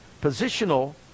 positional